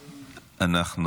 נתקבלו.